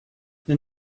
then